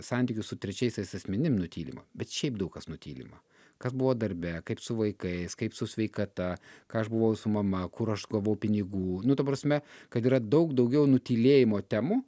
santykius su trečiaisiais asmenim nutylima bet šiaip daug kas nutylima kas buvo darbe kaip su vaikais kaip su sveikata ką aš buvau su mama kur aš gavau pinigų nu ta prasme kad yra daug daugiau nutylėjimo temų